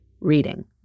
reading